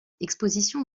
exposition